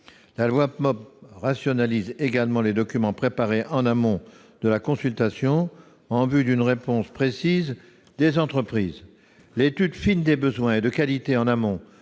loi rationalise également les documents préparés en amont de la consultation, en vue d'une réponse précise des entreprises. L'étude fine des besoins et de qualité en amont